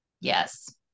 Yes